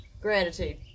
gratitude